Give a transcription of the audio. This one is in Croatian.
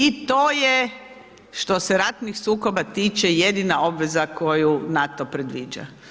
I to je što se ratnih sukoba tiče, jedina obaveza koju NATO predviđa.